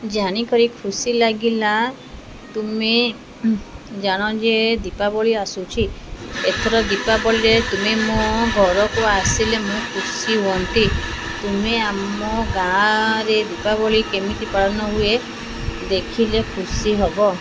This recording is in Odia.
ଜାଣିକରି ଖୁସି ଲାଗିଲା ତୁମେ ଜାଣ ଯେ ଦୀପାବଳି ଆସୁଛି ଏଥର ଦୀପାବଳିରେ ତୁମେ ମୋ ଘରକୁ ଆସିଲେ ମୁଁ ଖୁସି ହୁଅନ୍ତି ତୁମେ ଆମ ଗାଁରେ ଦୀପାବଳି କେମିତି ପାଳନ ହୁଏ ଦେଖିଲେ ଖୁସି ହବ